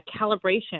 calibration